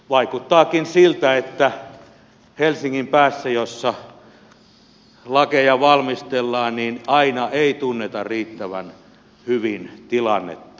vaikuttaakin siltä että helsingin päässä jossa lakeja valmistellaan aina ei tunneta riittävän hyvin tilannetta kentällä